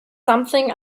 something